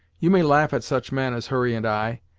you may laugh at such men as hurry and i,